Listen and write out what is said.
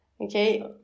Okay